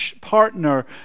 partner